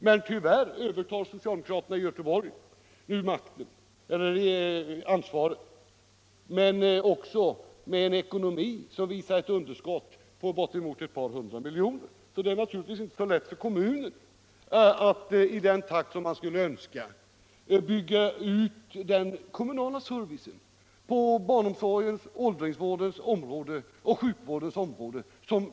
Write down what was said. Men socialdemokraterna övertar nu ansvaret i Göteborg med en ekonomi som tyvärr visar ett underskott på bortemot ett par hundra miljoner. Det är naturligtvis inte så lätt för kommunen att i den takt som man skulle önska bygga ut den kommunala servicen på barnomsorgens, åldringsvårdens och sjukvårdens område.